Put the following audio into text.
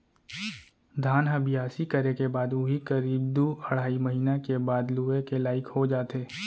धान ह बियासी करे के बाद उही करीब दू अढ़ाई महिना के बाद लुए के लाइक हो जाथे